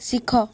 ଶିଖ